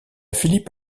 phillips